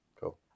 Cool